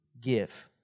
Give